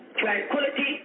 tranquility